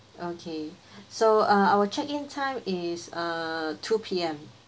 okay so uh our check in time is uh two P_M